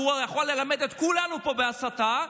שהוא יכול ללמד את כולנו פה הסתה,